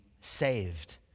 saved